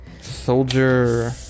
soldier